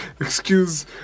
Excuse